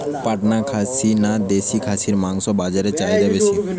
পাটনা খাসি না দেশী খাসির মাংস বাজারে চাহিদা বেশি?